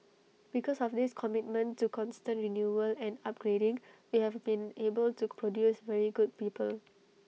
because of this commitment to constant renewal and upgrading we have been able to produce very good people